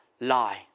lie